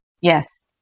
Yes